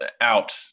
out